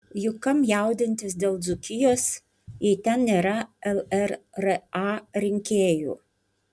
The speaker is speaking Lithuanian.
juk kam jaudintis dėl dzūkijos jei ten nėra llra rinkėjų